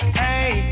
hey